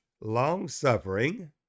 long-suffering